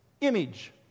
Image